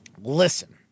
Listen